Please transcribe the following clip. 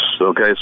okay